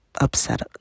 upset